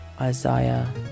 isaiah